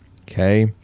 Okay